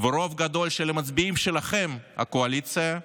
ורוב גדול של המצביעים שלכם, הקואליציה,